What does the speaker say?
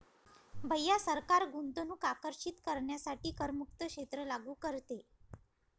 भैया सरकार गुंतवणूक आकर्षित करण्यासाठी करमुक्त क्षेत्र लागू करते